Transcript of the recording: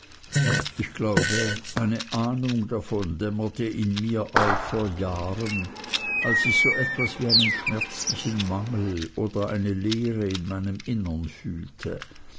ich glaube eine ahnung davon dämmerte in mir auf vor jahren als ich so etwas wie einen schmerzlichen mangel oder eine leere in meinem innern fühlte